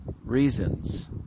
reasons